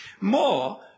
More